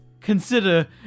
consider